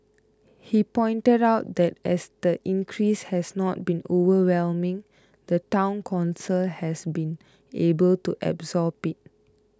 he pointed out that as the increase has not been overwhelming the Town Council has been able to absorb it